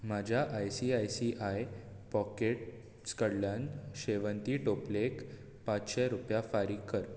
म्हज्या ICICI Pockets कडल्यान शेवन्ती टोपलेक पांचशें रुपया फारीक कर